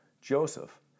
Joseph